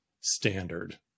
standard